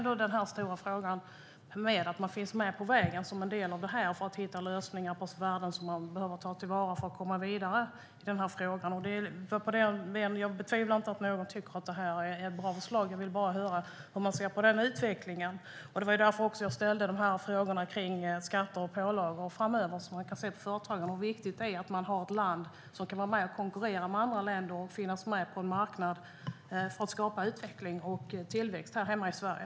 Den stora frågan är att man finns med på vägen som en del av detta för att hitta lösningar som man behöver ta till vara för att komma vidare i det här. Jag betvivlar inte att det inte finns någon som tycker att det här är ett bra förslag. Jag vill bara höra hur man ser på utvecklingen. Det var också därför jag ställde frågorna om skatter och pålagor framöver. Man kan se på företagen hur viktigt det är att vi har ett land som kan vara med och konkurrera med andra länder och finnas med på en marknad för att skapa utveckling och tillväxt här hemma i Sverige.